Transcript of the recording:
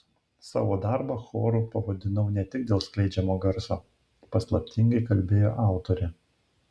savo darbą choru pavadinau ne tik dėl skleidžiamo garso paslaptingai kalbėjo autorė